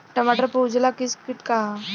टमाटर पर उजला किट का है?